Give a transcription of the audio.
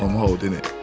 holding it